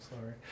sorry